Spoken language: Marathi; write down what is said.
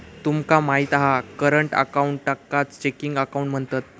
तुमका माहित हा करंट अकाऊंटकाच चेकिंग अकाउंट म्हणतत